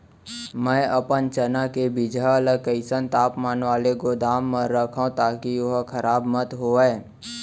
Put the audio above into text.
मैं अपन चना के बीजहा ल कइसन तापमान वाले गोदाम म रखव ताकि ओहा खराब मत होवय?